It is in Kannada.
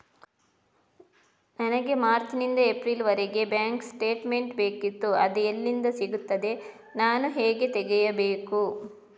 ನನಗೆ ಮಾರ್ಚ್ ನಿಂದ ಏಪ್ರಿಲ್ ವರೆಗೆ ಬ್ಯಾಂಕ್ ಸ್ಟೇಟ್ಮೆಂಟ್ ಬೇಕಿತ್ತು ಅದು ಎಲ್ಲಿಂದ ಸಿಗುತ್ತದೆ ನಾನು ಹೇಗೆ ತೆಗೆಯಬೇಕು?